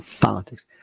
politics